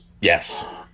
Yes